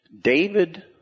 David